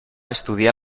estudiar